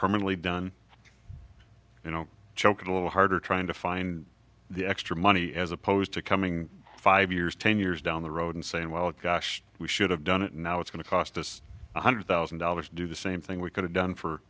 permanently done you know choke a little harder trying to find the extra money as opposed to coming five years ten years down the road and saying well gosh we should have done it now it's going to cost us one hundred thousand dollars to do the same thing we could have done for